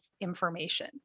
information